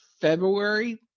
February